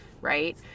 Right